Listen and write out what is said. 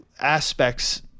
aspects